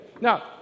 Now